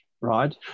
right